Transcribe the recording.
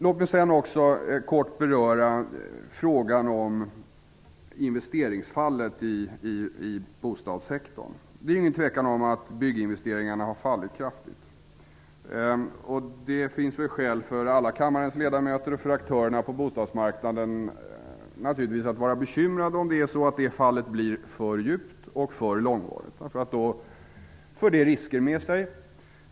Låt mig kort beröra frågan om investeringsfallet i bostadssektorn. Det är ingen tvekan om att bygginvesteringarna har fallit kraftigt. Det finns nog skäl för alla kammarens ledamöter och för aktörerna på bostadsmarknaden att vara bekymrade över detta, om fallet blir för djupt och långvarigt. Det för med sig risker.